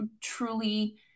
truly